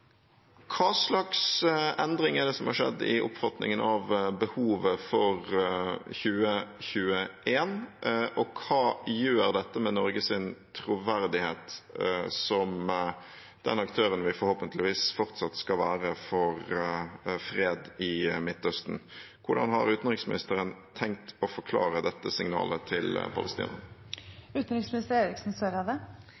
har skjedd i oppfatningen av behovet for 2021, og hva gjør dette med Norges troverdighet som den aktøren for fred i Midtøsten vi forhåpentligvis fortsatt skal være? Hvordan har utenriksministeren tenkt å forklare dette signalet